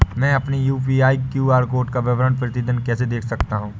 मैं अपनी UPI QR code का प्रतीदीन विवरण कैसे देख सकता हूँ?